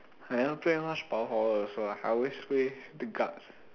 I never play much power forward also ah I always play the guts